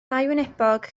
dauwynebog